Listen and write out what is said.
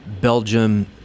Belgium